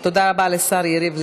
תודה רבה לשר יריב לוין.